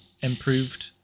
improved